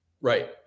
Right